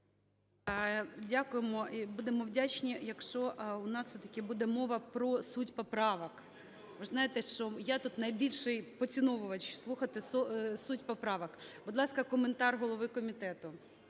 Дякуємо і будемо вдячні, якщо у нас все-таки буде мова про суть поправок. Ви ж знаєте, що я тут найбільший поціновувач слухати суть поправок. Будь ласка, коментар голови комітету.